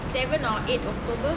seven or eight october